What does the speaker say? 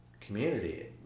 community